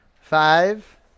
Five